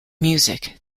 music